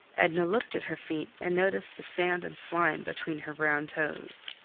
edna looked at her feet, and noticed the sand and slime between her brown toes.